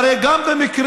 הרי גם במקרים